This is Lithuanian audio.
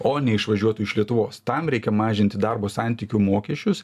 o ne išvažiuotų iš lietuvos tam reikia mažinti darbo santykių mokesčius